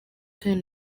kandi